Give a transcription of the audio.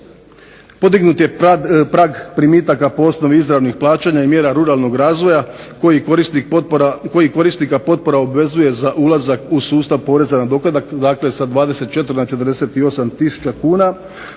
podignut je prag primitaka po osnovi izravnih plaćanja i mjera ruralnog razvoja koji korisnika potpora obvezuje za ulazak u sustav poreza na dohodak, dakle sa 24 na 48000 kuna.